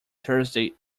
thursday